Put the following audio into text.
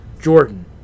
Jordan